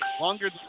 Longer